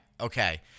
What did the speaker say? okay